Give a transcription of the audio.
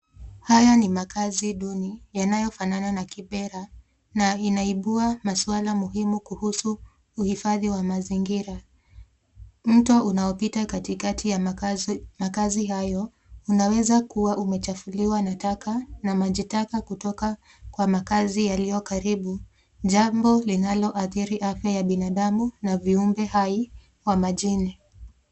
Haya ni makaazi duni yanayofanana na Kibera na inaibua maswala muhimu kuhusu huhifadhi wa mazingira. Mto unaopita katikati ya makaazi hayo unaweza kuwa umechafuliwa na taka na maji taka kutoka kwa makaazi yaliyo karibu. Jambo linaloadhiri afya ya binadamu na viumbe hai wa majini.